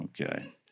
okay